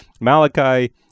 Malachi